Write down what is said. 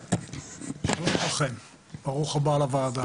שלום לכולכם, ברוך הבא על הוועדה.